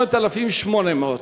ב-8,800.